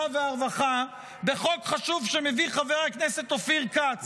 והרווחה בחוק חשוב שמביא חבר הכנסת אופיר כץ.